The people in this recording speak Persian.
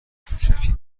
کوچکی